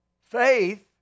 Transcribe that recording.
faith